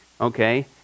Okay